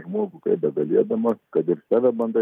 žmogų kaip begalėdamas kad ir save bandai